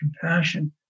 compassion